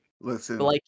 Listen